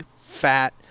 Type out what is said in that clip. fat